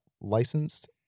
licensed